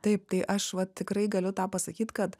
taip tai aš vat tikrai galiu tą pasakyt kad